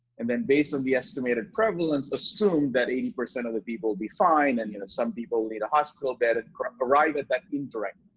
and then based on the estimated prevalence, assume that eighty percent of the people will be fine, and you know some people leave the hospital bed and arrive at that indirect.